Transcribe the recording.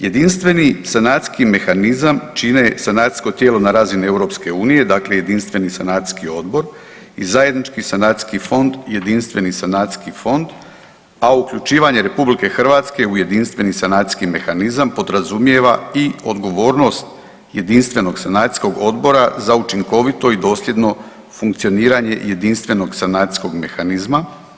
Jedinstveni sanacijski mehanizam čine sanacijsko tijelo na razini EU, dakle jedinstveni sanacijski odbor i zajednički sanacijski fond jedinstveni sanacijski fond a uključivanje Republike Hrvatske u jedinstveni sanacijski mehanizam podrazumijeva i odgovornost jedinstvenog sanacijskog odbora za učinkovito i dosljedno funkcioniranje jedinstvenog sanacijskog mehanizma.